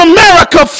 America